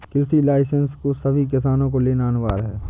कृषि लाइसेंस को सभी किसान को लेना अनिवार्य है